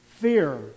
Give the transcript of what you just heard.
Fear